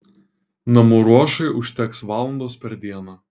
namų ruošai užteks valandos per dieną